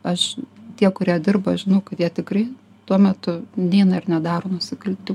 aš tie kurie dirba žinau kad jie tikrai tuo metu dieną ir nedaro nusikaltimų